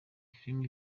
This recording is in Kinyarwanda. filime